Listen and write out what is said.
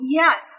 yes